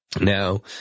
Now